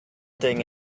thing